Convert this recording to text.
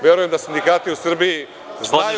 Verujem da sindikati u Srbiji znaju